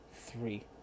three